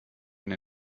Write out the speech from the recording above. wenn